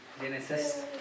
Genesis